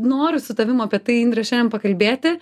noriu su tavim apie tai indre šiandien pakalbėti